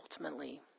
ultimately